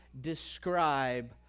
describe